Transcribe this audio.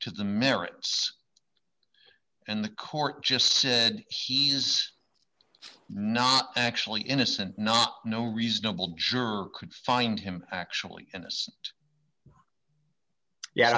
to the merits and the court just said he's not actually innocent not no reasonable juror could find him actually